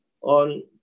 on